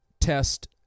test